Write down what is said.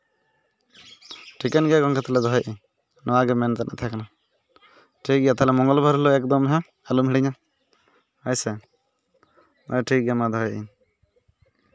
ᱴᱷᱤᱠᱟᱹᱱ ᱜᱮᱭᱟ ᱜᱚᱝᱠᱮ ᱛᱟᱞᱦᱮ ᱫᱚᱦᱚᱭᱮᱜᱼᱟᱹᱧ ᱱᱚᱣᱟ ᱜᱮ ᱢᱮᱱ ᱛᱮᱱᱟᱜ ᱛᱟᱦᱮᱠᱟᱱᱟ ᱴᱷᱤᱠᱜᱮᱭᱟ ᱛᱟᱞᱦᱮ ᱛᱟᱞᱦᱮ ᱢᱚᱝᱜᱚᱞ ᱵᱟᱨ ᱦᱤᱞᱳᱜ ᱮᱠᱫᱚᱢ ᱦᱮᱸ ᱟᱞᱚᱢ ᱦᱤᱲᱤᱧᱟ ᱦᱳᱭ ᱥᱮ ᱦᱮᱸ ᱴᱷᱤᱠᱜᱮᱭᱟ ᱢᱟ ᱫᱚᱦᱚᱭᱮᱫᱟᱧ